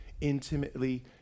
intimately